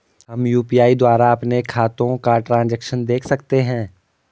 हम यु.पी.आई द्वारा अपने खातों का ट्रैन्ज़ैक्शन देख सकते हैं?